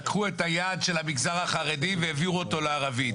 לקחו את היעד של המגזר החרדי והעבירו אותו לערבי.